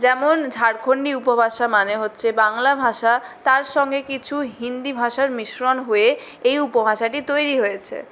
যেমন ঝাড়খন্ডী উপভাষা মানে হচ্ছে বাংলা ভাষা তার সঙ্গে কিছু হিন্দি ভাষার মিশ্রণ হয়ে এই উপভাষাটি তৈরি হয়েছে